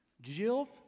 Jill